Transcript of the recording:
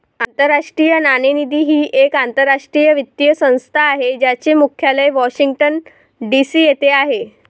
आंतरराष्ट्रीय नाणेनिधी ही एक आंतरराष्ट्रीय वित्तीय संस्था आहे ज्याचे मुख्यालय वॉशिंग्टन डी.सी येथे आहे